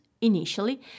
initially